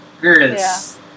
girls